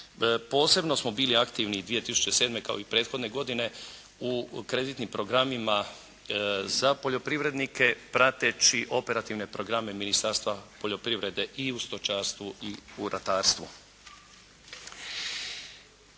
Posebno smo bili aktivni 2007. kao i prethodne godine u kreditnim programima za poljoprivrednike prateći operativne programe Ministarstva poljoprivrede i u stočarstvu i u ratarstvu.